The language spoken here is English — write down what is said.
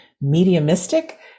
mediumistic